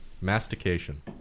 mastication